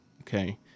Okay